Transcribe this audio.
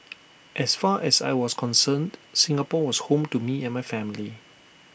as far as I was concerned Singapore was home to me and my family